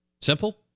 Simple